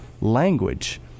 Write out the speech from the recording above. language